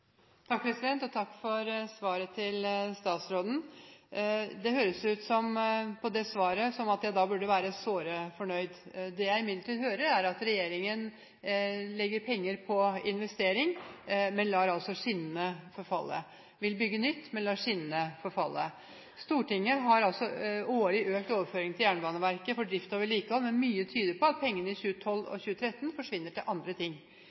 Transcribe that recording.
svaret høres det ut som om jeg burde være såre fornøyd. Det jeg imidlertid hører, er at regjeringen legger penger på investering, men altså lar skinnene forfalle – vil bygge nytt, men lar skinnene forfalle. Stortinget har årlig økt overføringene til Jernbaneverket for drift og vedlikehold, men mye tyder på at pengene i 2012 og 2013 forsvinner til andre ting.